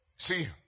See